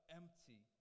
empty